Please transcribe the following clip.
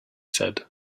said